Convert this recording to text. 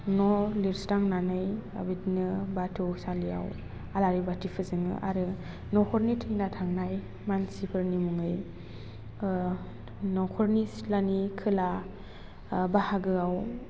न' लिरस्रांनानै आरो बिदिनो बाथौ सालियाव आलारि बाथि फोजोङो आरो न'खरनि थैना थांनाय मानसिफोरनि मुङै न'खरनि सिथलानि खोला बाहागोआव